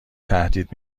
تهدید